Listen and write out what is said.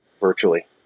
virtually